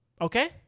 Okay